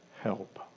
help